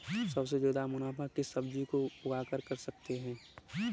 सबसे ज्यादा मुनाफा किस सब्जी को उगाकर कर सकते हैं?